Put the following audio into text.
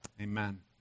Amen